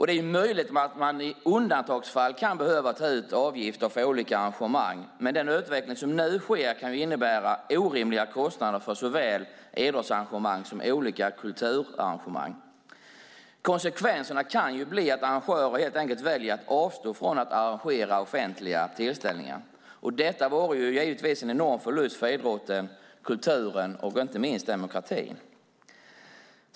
Det är möjligt att man i undantagsfall kan behöva ta ut avgifter för olika arrangemang, men den nuvarande utvecklingen kan ju innebära orimliga kostnader för såväl idrottsarrangemang som olika kulturarrangemang. Konsekvensen kan bli att arrangörer helt enkelt väljer att avstå från att arrangera offentliga tillställningar. Detta vore givetvis en enorm förlust för idrotten, kulturen och inte minst demokratin.